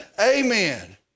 amen